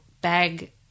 bag